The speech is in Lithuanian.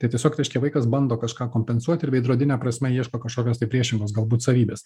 tai tiesiog reiškia vaikas bando kažką kompensuot ir veidrodine prasme ieško kažkokios tai priešingos galbūt savybės